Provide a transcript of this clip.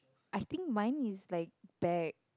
I think mine is like bag